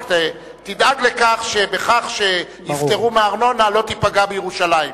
רק תדאג לכך שבכך שיפטרו מארנונה לא תיפגע ירושלים.